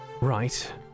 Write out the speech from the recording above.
Right